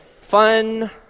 fun